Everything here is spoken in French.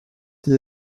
dit